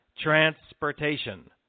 transportation